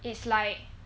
it's like